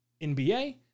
NBA